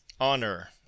Honor